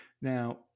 Now